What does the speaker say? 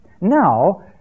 now